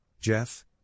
Jeff